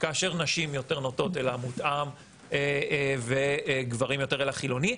כאשר נשים יותר נוטות אל המותאם וגברים יותר אל החילוני.